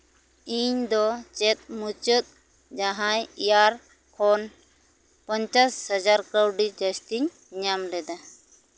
ᱤᱧᱫᱚ ᱪᱮᱫ ᱢᱩᱪᱟᱹᱫ ᱡᱟᱦᱟᱸᱭ ᱮᱭᱟᱨᱯᱷᱳᱱ ᱯᱚᱧᱪᱟᱥ ᱦᱟᱡᱟᱨ ᱠᱟᱹᱣᱰᱤ ᱡᱟᱹᱥᱛᱤᱧ ᱧᱟᱢ ᱞᱮᱫᱟ